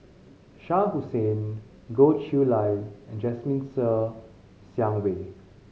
Shah Hussain Goh Chiew Lye and Jasmine Ser Xiang Wei